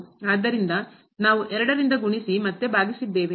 ಆದ್ದರಿಂದ ನಾವು 2 ರಿಂದ ಗುಣಿಸಿ ಮತ್ತು ಭಾಗಿಸಿದ್ದೇವೆ